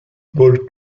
ball